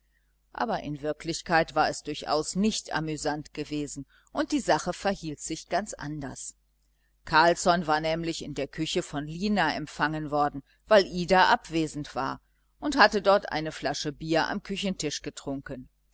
aber in wirklichkeit war es durchaus nicht amüsant gewesen und die sache verhielt sich ganz anders carlsson war nämlich in der küche von lina empfangen worden weil ida abwesend war und hatte dort eine flasche bier am küchentisch getrunken